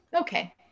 Okay